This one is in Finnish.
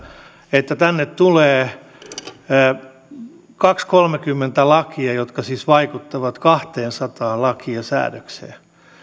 että tänne tulee kaksikymmentä viiva kolmekymmentä lakia jotka siis vaikuttavat kahteensataan lakiin ja säädökseen